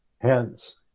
Hence